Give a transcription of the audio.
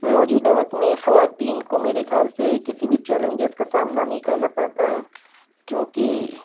موجودہ وقت میں خواتین کو میرے خیال سے کسی بھی چیلنجز کا سامنا نہیں کرنا پڑتا ہے کیونکہ